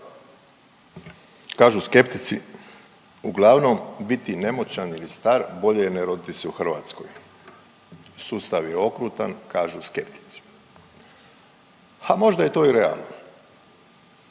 Kažu skeptici uglavnom biti nemoćan ili star bolje je ne roditi se u Hrvatskoj. Sustav je okrutan kažu skeptici. Ha možda je to i realno,